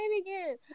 again